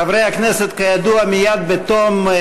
חברי הכנסת, בעד, 41, אין מתנגדים ואין